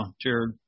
Jared